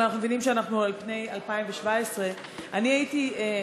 אבל אנחנו מבינים שאנחנו על פני 2017. ואני